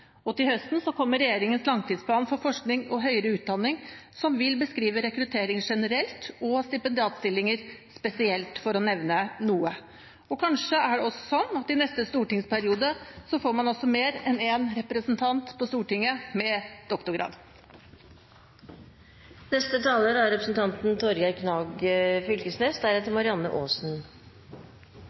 2020. Til høsten kommer regjeringens langtidsplan for forskning og høyere utdanning, som vil beskrive rekruttering generelt og stipendiatstillinger spesielt, for å nevne noe. Kanskje er det også sånn at man i neste stortingsperiode får mer enn én representant på Stortinget med doktorgrad. Nokre kommentarar knytte til dei tre sakene som er